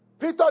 Peter